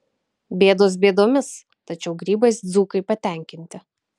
bėdos bėdomis tačiau grybais dzūkai patenkinti